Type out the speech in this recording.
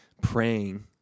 praying